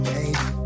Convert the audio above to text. Baby